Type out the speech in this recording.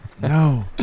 No